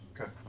Okay